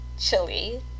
chili